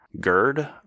GERD